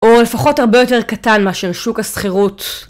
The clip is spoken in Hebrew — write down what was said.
הוא לפחות הרבה יותר קטן מאשר שוק הזכירות.